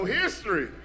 history